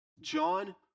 john